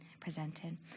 presented